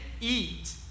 eat